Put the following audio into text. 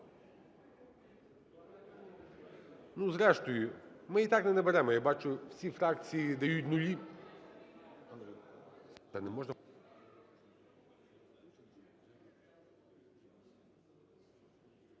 Ну, зрештою, ми і так не наберемо. Я бачу, всі фракції дають нулі.